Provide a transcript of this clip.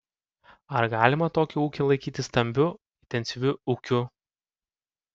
ar galima tokį ūkį laikyti stambiu intensyviu ūkiu